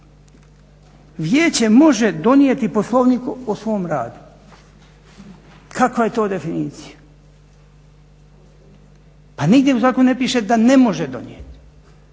Vijeće može donijeti poslovnik o svom radu. Kakva je to definicija. Pa nigdje u zakonu ne piše da ne može donijeti.